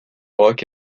rock